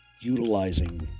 utilizing